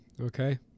okay